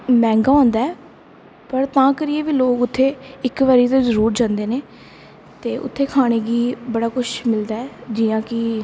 मैहंगा होंदा ऐ पर तां करियै बी लोग उत्थें इक्क बारी ते जरूर जंदे न ते उत्थें खानै गी बड़ा कुछ मिलदा ऐ जियां कि